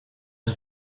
een